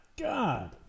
God